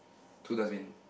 two dustbin